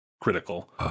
critical